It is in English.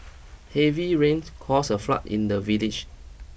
heavy rains caused a flood in the village